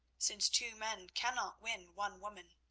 since two men cannot win one woman.